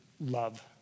love